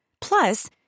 Plus